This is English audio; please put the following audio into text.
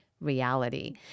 reality